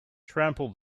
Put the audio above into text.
trample